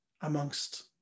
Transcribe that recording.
amongst